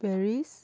Paris